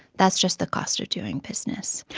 that's just the cost of doing business.